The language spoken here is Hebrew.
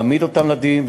להעמיד אותם לדין,